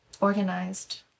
organized